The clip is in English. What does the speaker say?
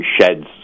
sheds